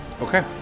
Okay